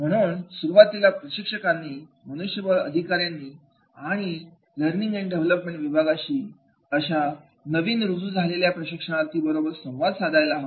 म्हणून सुरुवातीलाच प्रशिक्षकांनी मनुष्यबळ विकास अधिकाऱ्यांनी आणि लर्निंग अंड डेवलपमेंट विभागांनी अशा नवीन रुजू झालेल्या प्रशिक्षणार्थीं बरोबर संवाद साधायला हवा